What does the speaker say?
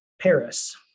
Paris